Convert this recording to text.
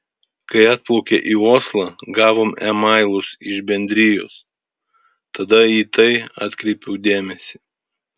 kai atplaukė į oslą gavom e mailus iš bendrijos tada į tai atkreipiau dėmesį